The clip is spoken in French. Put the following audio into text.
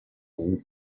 roux